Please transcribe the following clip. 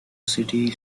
city